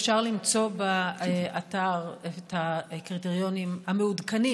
אפשר למצוא באתר את הקריטריונים המעודכנים.